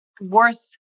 worth